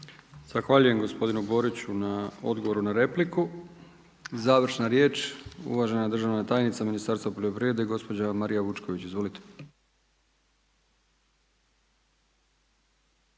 Zahvaljujem gospodine Boriću na odgovoru na repliku. Završna riječ uvažena državna tajnica Ministarstva poljoprivrede gospođa Marija Vučković, izvolite.